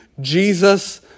Jesus